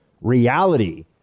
reality